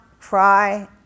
cry